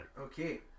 Okay